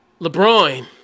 LeBron